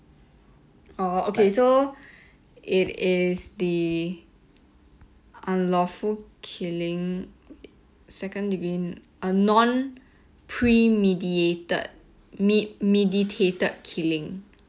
orh okay so it is the unlawful killing second degree a non premeditated me~ meditated killing